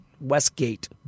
Westgate